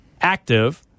active